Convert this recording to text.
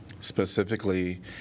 specifically